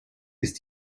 ist